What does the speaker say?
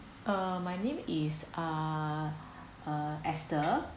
uh my name is uh uh esther